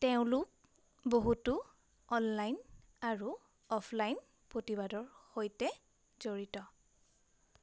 তেওঁলোক বহুতো অনলাইন আৰু অফলাইন প্ৰতিবাদৰ সৈতে জড়িত